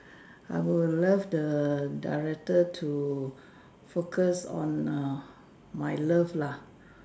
I would love the director to focus on err my love lah